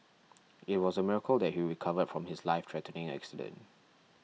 it was a miracle that he recovered from his lifethreatening accident